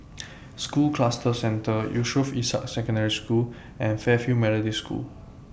School Cluster Centre Yusof Ishak Secondary School and Fairfield Methodist School